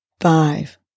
five